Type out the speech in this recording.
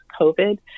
COVID